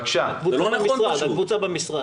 זה פשוט לא נכון.